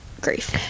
grief